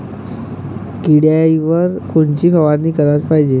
किड्याइवर कोनची फवारनी कराच पायजे?